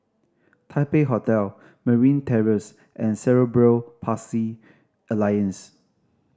Taipei Hotel Merryn Terrace and Cerebral Palsy Alliance